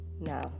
Now